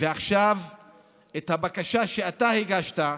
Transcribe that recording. ואת הבקשה שאתה הגשת,